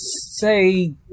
say